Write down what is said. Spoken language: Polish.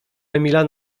emila